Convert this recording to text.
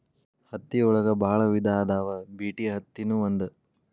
ಹತ್ತಿ ಒಳಗ ಬಾಳ ವಿಧಾ ಅದಾವ ಬಿಟಿ ಅತ್ತಿ ನು ಒಂದ